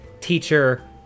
teacher